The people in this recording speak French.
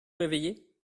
réveillé